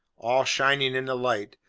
all shining in the light,